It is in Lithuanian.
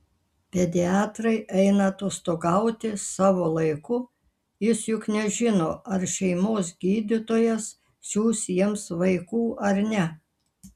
pediatrai eina atostogauti savo laiku jis juk nežino ar šeimos gydytojas siųs jiems vaikų ar ne